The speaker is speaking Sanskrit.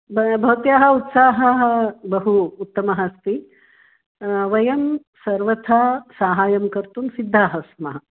ब भवत्याः उत्साहः बहु उत्तमः अस्ति वयं सर्वथा साहाय्यं कर्तुं सिद्धाः स्मः